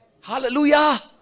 Hallelujah